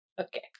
okay